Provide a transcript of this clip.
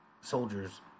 soldiers